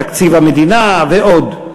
תקציב המדינה ועוד.